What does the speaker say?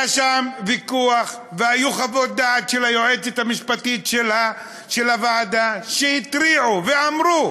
היה שם ויכוח והיו חוות דעת של היועצת המשפטית של הוועדה שהתריעו ואמרו,